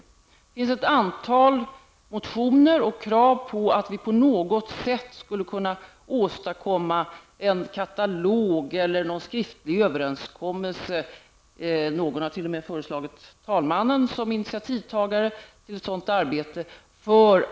Det finns ett antal motioner och krav på att vi på något sätt skulle åstadkomma en katalog eller skriftlig överenskommelse med gemensamma etiska regler för oss politiker. Någon har t.o.m. föreslagit talmannen som initiativtagare till ett sådant arbete.